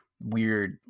weird